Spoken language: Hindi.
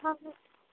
हाँ फ़िर